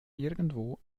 irgendwo